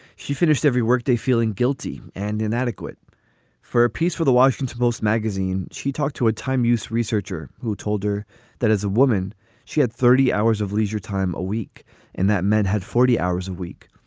she finished every workday feeling guilty and inadequate for a piece for the washington post magazine. she talked to a time use researcher who told her that as a woman she had thirty hours of leisure time a week and that men had forty hours a week.